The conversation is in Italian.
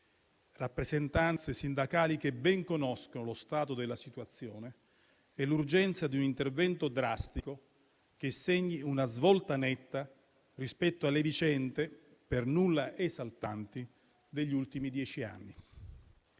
rappresentanze sindacali che ben conoscono lo stato della situazione e l'urgenza di un intervento drastico che segni una svolta netta rispetto alle vicende per nulla esaltanti degli ultimi dieci anni.